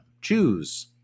Choose